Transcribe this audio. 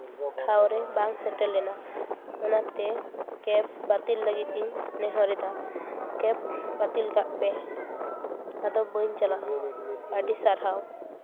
ᱴᱷᱟᱶ ᱨᱮ ᱵᱟᱝ ᱥᱮᱴᱮᱨ ᱞᱮᱱᱟ ᱚᱱᱟᱛᱮ ᱠᱮᱵᱽ ᱵᱟᱹᱛᱤᱞ ᱞᱟᱹᱜᱤᱫ ᱤᱧ ᱱᱮᱦᱚᱨᱮᱫᱟ ᱠᱮᱵᱽ ᱵᱟᱹᱛᱤᱞ ᱠᱟᱜ ᱯᱮ ᱟᱫᱚ ᱵᱟᱹᱧ ᱪᱟᱞᱟᱜᱼᱟ ᱟᱹᱰᱤ ᱥᱟᱨᱦᱟᱣ